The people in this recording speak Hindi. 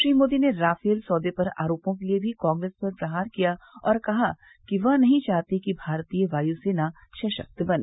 श्री मोदी ने राफेल सौदे पर आरोपों के लिए भी कांग्रेस पर प्रहार किया और कहा कि वह नहीं चाहती कि भारतीय वायु सेना सशक्त बने